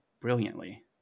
brilliantly